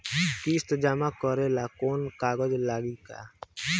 किस्त जमा करे ला कौनो कागज लागी का?